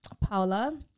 Paula